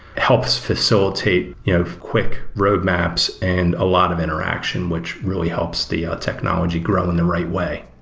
helps facilitate you know quick roadmaps and a lot of interaction, which really helps the ah technology grow in the right way.